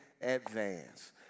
advance